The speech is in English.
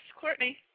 Courtney